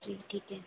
जी ठीक है